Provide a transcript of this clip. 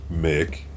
Mick